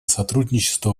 сотрудничества